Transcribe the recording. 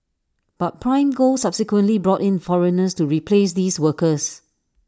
but prime gold subsequently brought in foreigners to replace these workers